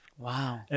Wow